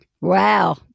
Wow